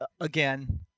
again